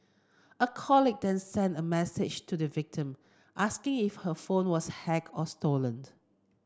a colleague then sent a message to the victim asking if her phone was hacked or stolen